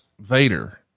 Vader